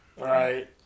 Right